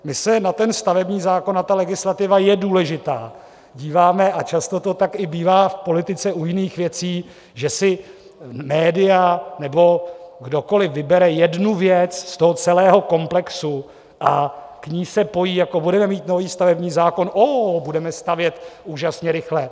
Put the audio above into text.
My se na stavební zákon a legislativa je důležitá díváme, a často to tak i bývá v politice u jiných věcí, že si média nebo kdokoliv vybere jednu věc z celého komplexu a k ní se pojí jako: Budeme mít nový stavební zákon, ó budeme stavět úžasně rychle.